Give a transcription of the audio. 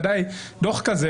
יוכל